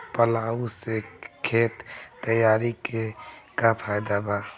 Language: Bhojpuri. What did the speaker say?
प्लाऊ से खेत तैयारी के का फायदा बा?